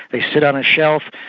they sit on a shelf,